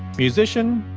musician,